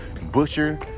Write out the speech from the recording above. Butcher